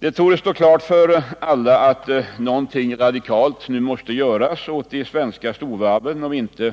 Det torde stå klart för alla att någonting radikalt nu måste göras åt de svenska storvarven om inte